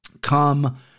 Come